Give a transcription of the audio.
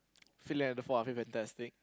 Phillip and the four are fantastic